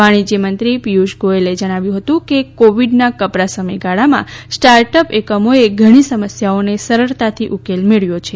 વાણિજય મંત્રી પીયુષ ગોયલે જણાવ્યું હતું કે કોવીડના કપરા સમયગાળામાં સ્ટાર્ટઅપ એકમોએ ઘણી સમસ્યાઓનો સરળતાથી ઉકેલ મેળવ્યો છે